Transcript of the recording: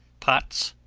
pots,